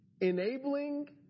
Enabling